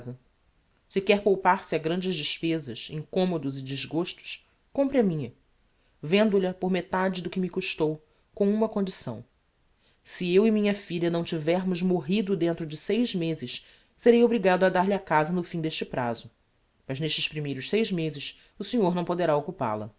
se quer poupar se a grandes despezas incommodos e desgostos compre me a minha vendo lha por metade do que me custou com uma condição se eu e minha filha não tivermos morrido dentro de seis mezes serei obrigado a dar-lhe a casa no fim d'este prazo mas n'estes primeiros seis mezes o senhor não poderá